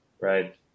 right